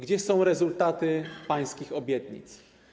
Gdzie są rezultaty pańskich obietnic?